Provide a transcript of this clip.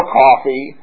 coffee